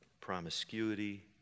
promiscuity